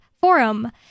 Forum